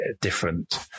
different